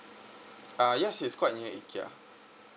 uh yes it's quite near ikea